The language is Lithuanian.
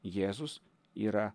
jėzus yra